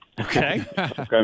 Okay